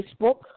Facebook